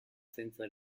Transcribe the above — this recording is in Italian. senza